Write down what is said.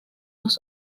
nos